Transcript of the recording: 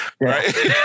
right